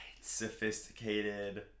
Sophisticated